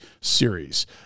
series